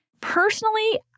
Personally